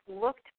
looked